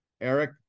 Eric